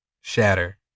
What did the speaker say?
Shatter